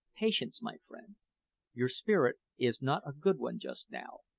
patience, my friend your spirit is not a good one just now.